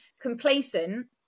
complacent